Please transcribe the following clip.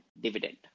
dividend